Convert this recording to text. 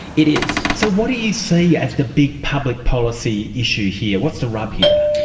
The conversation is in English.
it is. so what do you see as the big public policy issue here? what's the rub here?